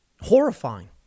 horrifying